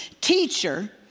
teacher